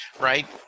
right